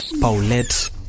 Paulette